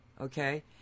Okay